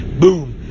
Boom